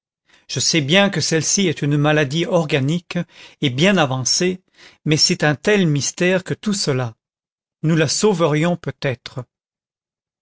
je sais bien que celle-ci est une maladie organique et bien avancée mais c'est un tel mystère que tout cela nous la sauverions peut-être